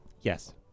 Yes